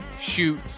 shoot